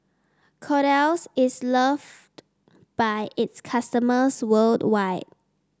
Kordel's is loved by its customers worldwide